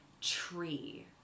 tree